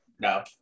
no